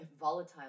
volatile